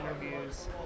interviews